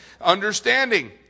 understanding